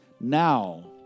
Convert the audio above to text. Now